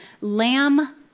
Lamb